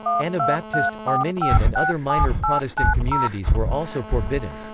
anabaptist, arminian and other minor protestant communities were also forbidden.